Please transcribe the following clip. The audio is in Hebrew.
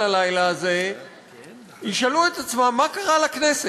הלילה הזה ישאלו את עצמם מה קרה לכנסת,